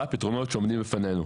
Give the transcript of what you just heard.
מה הפתרונות שעומדים בפנינו.